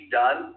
done